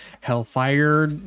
Hellfire